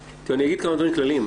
תראו, אני אגיד כמה דברים כלליים.